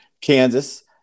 Kansas